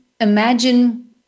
imagine